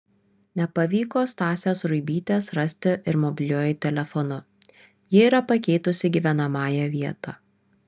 nepavyko stasės ruibytės rasti ir mobiliuoju telefonu ji yra pakeitusi gyvenamąją vietą